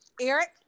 Eric